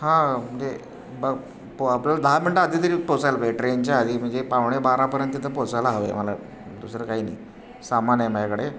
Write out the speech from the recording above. हां म्हणजे ब पो आपल्याला दहा मिनटं आधी तरी पोचायला पाहिजे ट्रेनच्या आधी म्हणजे पावणे बारापर्यंत तर पोचायला हवं आहे मला दुसरं काही नाही सामान आहे माझ्याकडे